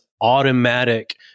automatic